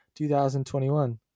2021